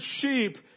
sheep